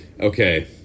Okay